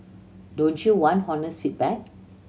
don't you want honest feedback